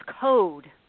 code